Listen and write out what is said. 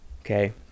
okay